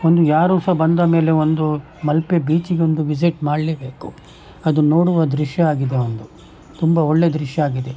ಒಂದು ಯಾರು ಸಹ ಬಂದ ಮೇಲೆ ಒಂದು ಮಲ್ಪೆ ಬೀಚಿಗೆ ಒಂದು ವಿಸಿಟ್ ಮಾಡಲೇಬೇಕು ಅದು ನೋಡುವ ದೃಶ್ಯ ಆಗಿದೆ ಒಂದು ತುಂಬ ಒಳ್ಳೆ ದೃಶ್ಯ ಆಗಿದೆ